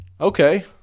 Okay